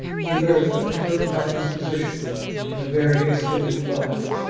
jugurtha took up his position in a very ex tended line.